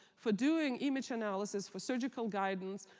for doing image analysis for surgical guidance,